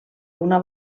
una